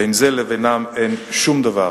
בין זה לבינם אין שום דבר.